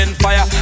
fire